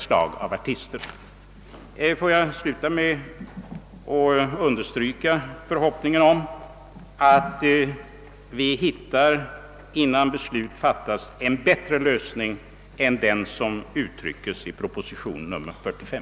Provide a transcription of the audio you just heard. Jag vill sluta med att understryka förhoppningen att vi innan beslut fattas i denna fråga måtte hitta en bättre lösning än den som uttryckes i proposition nr 45.